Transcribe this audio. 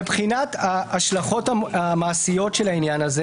מבחינת ההשלכות המעשיות של העניין הזה